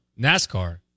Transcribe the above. NASCAR